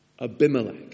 Abimelech